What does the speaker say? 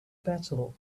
battle